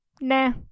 nah